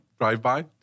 drive-by